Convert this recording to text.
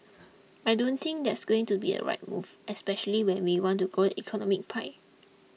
I don't think that's going to be a right move especially when we want to grow it economic pie